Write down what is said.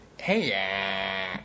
Hey